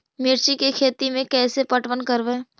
मिर्ची के खेति में कैसे पटवन करवय?